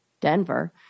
denver